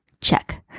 Check